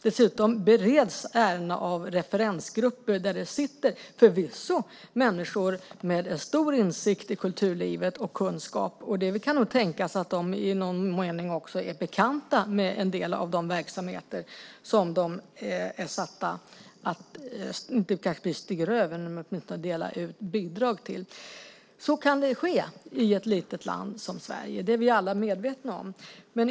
Dessutom bereds ärendena av referensgrupper där det förvisso sitter människor med en stor insikt och kunskap i kulturlivet. Det kan nog tänkas de i någon mening också är bekanta med en del av de verksamheter som de är satta dela ut bidrag till. Så kan det vara i ett litet land som Sverige. Det är vi alla medvetna om.